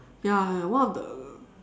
ya one of the